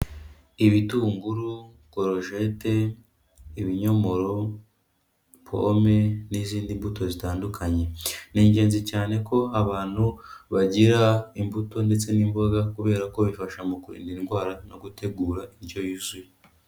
Ibitunguru, korojete, ibinyomoro, pome, n'izindi mbuto zitandukanye; ni ingenzi cyane ko abantu bagira imbuto ndetse n'imboga kubera ko bifasha mu kurinda indwara no gutegura indyo yuzuye.